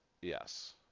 Yes